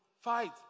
fight